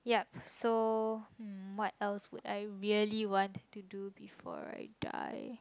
yup so um what else would I really want to do before I die